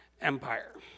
Empire